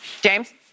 James